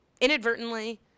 inadvertently